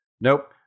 Nope